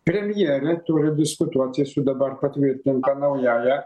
premjere turiu diskutuoti su dabar patvirtinta naująja